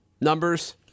numbers